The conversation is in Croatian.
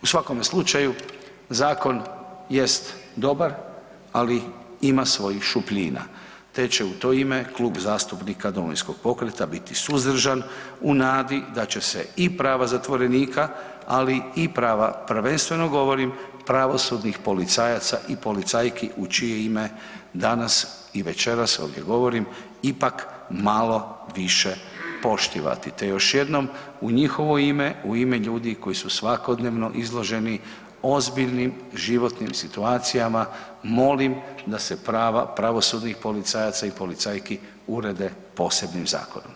U svakom slučaju zakon jest dobar, ali ima svojih šupljina, te će u to ime Klub zastupnika Domovinskog pokreta biti suzdržan u nadi da će se i prava zatvorenika, ali i prava prvenstveno govorim pravosudnih policajaca i policajki u čije ime danas i večeras ovdje govorim ipak malo više poštivati, te još jednom u njihovo ime, u ime ljudi koji su svakodnevno izloženi ozbiljnim životnim situacijama molim da se prava pravosudnih policajaca i policajki urede posebnim zakonom.